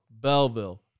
Belleville